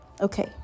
Okay